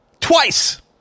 twice